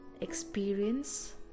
Experience